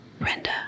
Brenda